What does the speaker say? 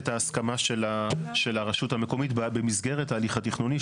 ההסכמה של הרשות המקומית במסגרת ההליך התכנוני,